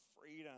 freedom